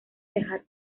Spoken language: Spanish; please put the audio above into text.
viajar